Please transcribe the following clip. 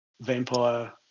vampire